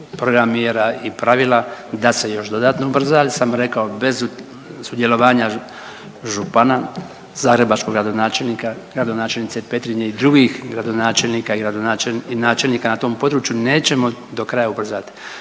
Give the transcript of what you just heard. program mjera i pravila da se još dodatno ubrza, ali sam rekao bez sudjelovanja župana, zagrebačkog gradonačelnika, gradonačelnice Petrinje i drugih gradonačelnika i načelnika na tom području nećemo do kraja ubrzati.